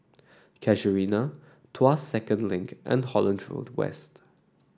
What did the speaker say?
Casuarina Tuas Second Link and Holland Road West